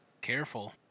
Careful